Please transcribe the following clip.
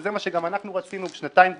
וזה גם מה שאנחנו רצינו שנתיים כבר,